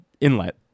Inlet